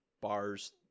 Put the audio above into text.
bars